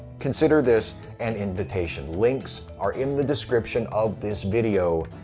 consider this an invitation links are in the description of this video.